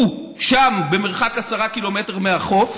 הוא שם, במרחק 10 קילומטר מהחוף.